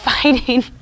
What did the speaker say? fighting